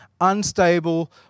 unstable